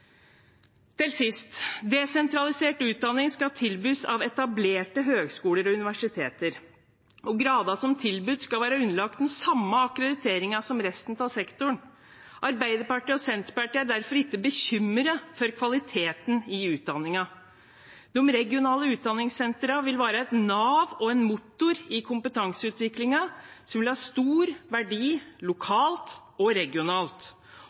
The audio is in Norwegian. Til sist: Desentralisert utdanning skal tilbys av etablerte høyskoler og universiteter, og gradene som tilbys, skal være underlagt den samme akkrediteringen som resten av sektoren. Arbeiderpartiet og Senterpartiet er derfor ikke bekymret for kvaliteten i utdanningen. De regionale utdanningssentrene vil være et nav og en motor i kompetanseutviklingen, noe som vil ha stor verdi både lokalt og regionalt,